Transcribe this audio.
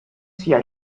sia